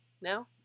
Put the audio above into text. now